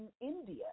India